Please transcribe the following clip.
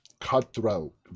cutthroat